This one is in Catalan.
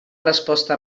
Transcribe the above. resposta